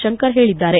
ಶಂಕರ್ ಹೇಳಿದ್ದಾರೆ